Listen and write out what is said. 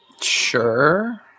Sure